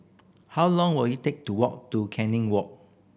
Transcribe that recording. how long will it take to walk to Canning Walk